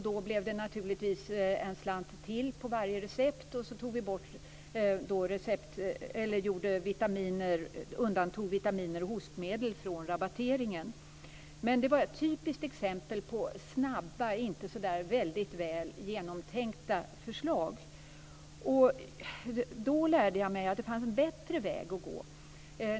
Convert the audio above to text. Då blev det naturligtvis en slant till på varje recept, och så undantog vi vitaminer och hostmedel från rabatteringen. Det är ett typiskt exempel på snabba, inte så väldigt väl genomtänkta förslag. Då lärde jag mig att det fanns en bättre väg att gå.